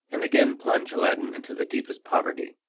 and again plunge aladdin into the deepest poverty.